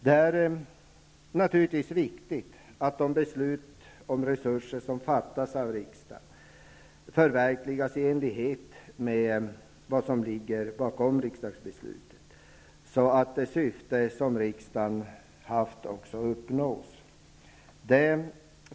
Det är naturligtvis viktigt att de beslut om resurser som fattas av riksdagen förverkligas i enlighet med vad som ligger bakom besluten, så att de syften som riksdagen haft också uppnås.